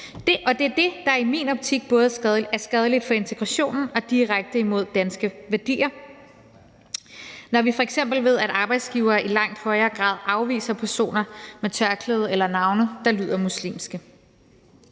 Det, der i min optik er skadelig for integrationen og direkte imod danske værdier, er, at arbejdsgivere i langt højere grad afviser personer med tørklæde eller med navne, der lyder muslimske,